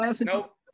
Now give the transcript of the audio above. nope